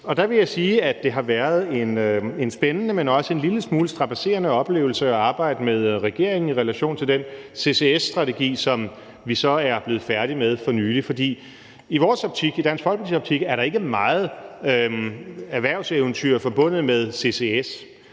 det har været en spændende, men også en lille smule strabadserende oplevelse at arbejde med regeringen i relation til den CCS-strategi, som vi så er blevet færdige med for nylig. For i Dansk Folkepartis optik er der ikke meget erhvervseventyr forbundet med CCS.